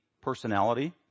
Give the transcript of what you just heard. personality